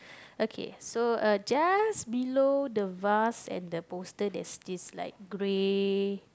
okay so uh just below the vase and the poster there's this like grey